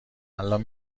الان